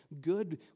good